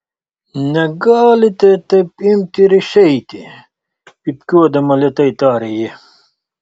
negalite taip imti ir išeiti pypkiuodama lėtai tarė ji